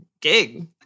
gig